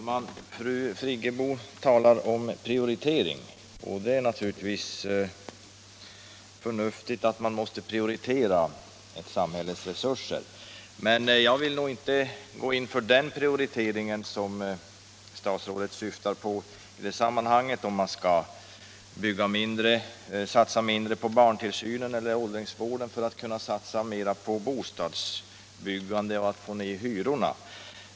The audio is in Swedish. Herr talman! Fru Friggebo talar om prioriteringar, och det är naturligtvis förnuftigt. Man måste prioritera ett samhälles resurser. Men jag vill nog inte gå in för den prioritering som statsrådet syftar på, nämligen om man skall bygga mindre eller satsa mindre på barntillsynen eller åldringsvården för att kunna satsa mer på bostadsbyggande och få ned hyrorna.